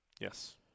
Yes